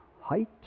height